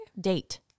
date